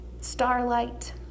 Starlight